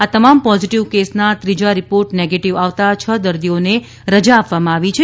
આ તમામ પોઝિટિવ કેસના ત્રીજા રિપોર્ટ નેગેટીવ આવતા છ દર્દીઓને રજા આપવામાં આવી છે